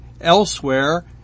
elsewhere